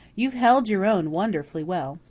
you've held your own wonderfully well.